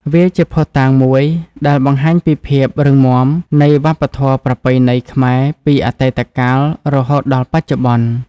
វាជាភស្ដុតាងមួយដែលបង្ហាញពីភាពរឹងមាំនៃវប្បធម៌ប្រពៃណីខ្មែរពីអតីតកាលរហូតដល់បច្ចុប្បន្ន។